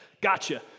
Gotcha